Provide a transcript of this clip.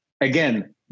again